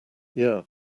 yeah